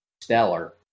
stellar